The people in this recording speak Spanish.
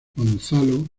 gonzalo